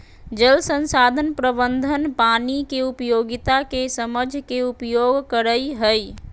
जल संसाधन प्रबंधन पानी के उपयोगिता के समझ के उपयोग करई हई